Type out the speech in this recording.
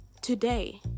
today